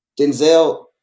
Denzel